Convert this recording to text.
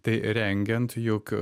tai rengiant juk